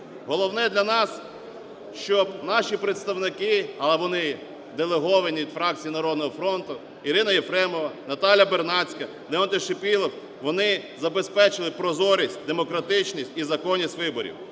Головне для нас, щоб наші представники, а вони делеговані від фракції "Народного фронту": Ірина Єфремова, Наталя Бернацька, Леонтій Шипілов – вони забезпечили прозорість, демократичність і законність виборів.